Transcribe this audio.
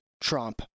Trump